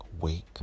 Wake